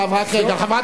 לחלוטין לא.